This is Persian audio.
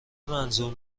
منظور